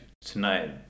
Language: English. tonight